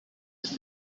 ist